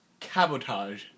Cabotage